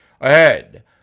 Ahead